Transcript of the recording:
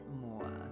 more